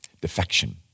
Defection